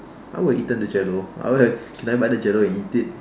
I would've eaten the jello I would have can I buy the jello and eat it